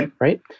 right